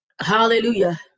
Hallelujah